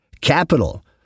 Capital